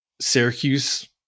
Syracuse